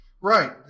Right